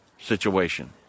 situation